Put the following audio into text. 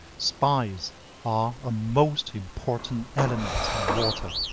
spies are a most important element in water,